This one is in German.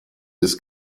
ist